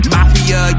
Mafia